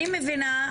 אני מבינה,